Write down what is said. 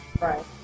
right